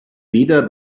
weder